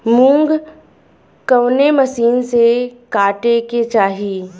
मूंग कवने मसीन से कांटेके चाही?